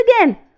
again